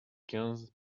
quinze